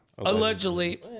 Allegedly